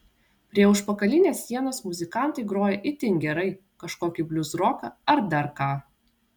prie užpakalinės sienos muzikantai groja itin gerai kažkokį bliuzroką ar dar ką